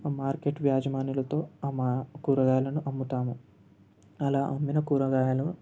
ఆ మార్కెట్ యజమానులతో ఆ మా కూరగాయలను అమ్ముతాము అలా అమ్మిన కూరగాయలు